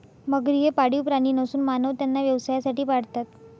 मगरी हे पाळीव प्राणी नसून मानव त्यांना व्यवसायासाठी पाळतात